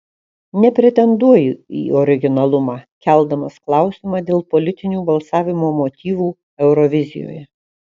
nepretenduoju į originalumą keldamas klausimą dėl politinių balsavimo motyvų eurovizijoje